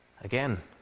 again